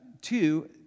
two